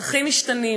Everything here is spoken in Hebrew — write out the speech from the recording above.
ערכים משתנים.